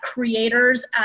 creators